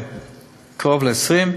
קרוב ל-20.